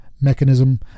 mechanism